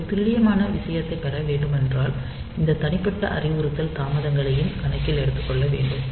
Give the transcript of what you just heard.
ஒரு துல்லியமான விஷயத்தைப் பெற வேண்டுமென்றால் இந்த தனிப்பட்ட அறிவுறுத்தல் தாமதங்களையும் கணக்கில் எடுத்துக்கொள்ள வேண்டும்